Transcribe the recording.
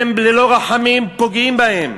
אתם ללא רחמים פוגעים בהם.